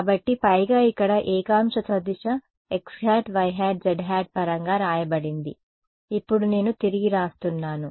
కాబట్టి పైగా ఇక్కడ ఏకాంశ సదిశ xˆ yˆ zˆ పరంగా రాయబడింది ఇప్పుడు నేను తిరగరాస్తున్నాను